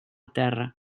terra